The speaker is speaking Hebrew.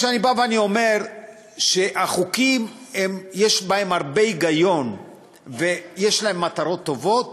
כשאני ואני בא ואומר שהחוקים יש בהם הרבה היגיון ויש להם מטרות טובות,